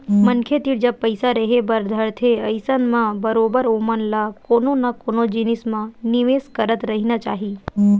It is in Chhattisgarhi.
मनखे तीर जब पइसा रेहे बर धरथे अइसन म बरोबर ओमन ल कोनो न कोनो जिनिस म निवेस करत रहिना चाही